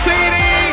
City